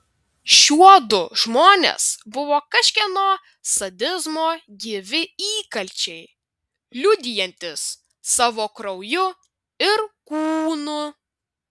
šiuodu žmonės buvo kažkieno sadizmo gyvi įkalčiai liudijantys savo krauju ir kūnu